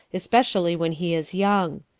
especially when he is young.